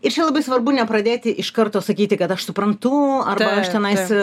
ir čia labai svarbu nepradėti iš karto sakyti kad aš suprantu arba aš tenais